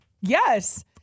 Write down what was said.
Yes